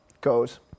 Goes